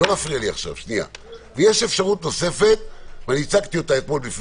יש אפשרות נוספת, שהצגתי אתמול.